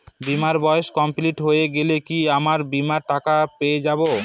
বীমার বয়স কমপ্লিট হয়ে গেলে কি আমার বীমার টাকা টা পেয়ে যাবো?